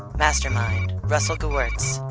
mastermind, russell gewirtz.